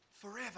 forever